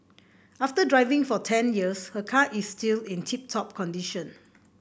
after driving for ten years her car is still in tip top condition